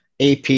AP